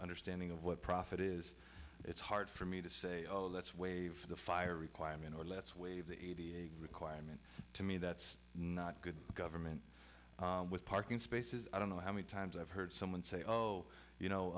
understanding of what profit is it's hard for me to say oh let's wait for the fire requirement or let's wave that requirement to me that's not good government with parking spaces i don't know how many times i've heard someone say oh you know